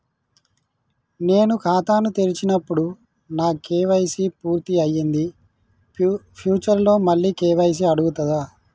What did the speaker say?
నేను ఖాతాను తెరిచినప్పుడు నా కే.వై.సీ పూర్తి అయ్యింది ఫ్యూచర్ లో మళ్ళీ కే.వై.సీ అడుగుతదా?